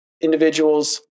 individuals